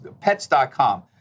pets.com